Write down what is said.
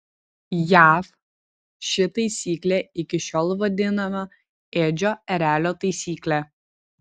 jav ši taisyklė iki šiol vaidinama edžio erelio taisykle